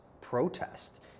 protest